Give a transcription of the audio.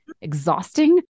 exhausting